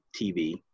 tv